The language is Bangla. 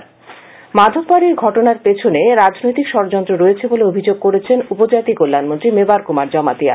মন্ত্রী মাধববাডি ঘটনার পেছনে রাজনৈতিক ষডযন্ত্র রয়েছে বলে অভিযোগ করেছেন উপজাতি কল্যাণ মন্ত্রী মেবার কুমার জমাতিয়া